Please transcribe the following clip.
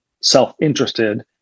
self-interested